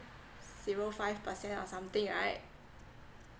zero five percent or something right